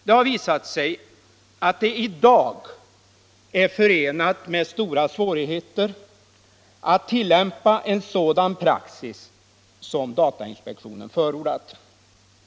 Det har visat sig att det i dag är förenat med stora svårigheter att tillämpa en sådan praxis som datainspektionen förordat.